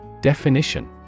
Definition